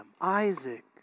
Isaac